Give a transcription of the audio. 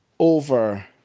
over